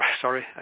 Sorry